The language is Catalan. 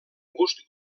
gust